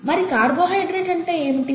మరి కార్బోహైడ్రేట్ అంటే ఏమిటి